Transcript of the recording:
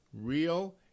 real